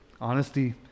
Honesty